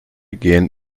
gehen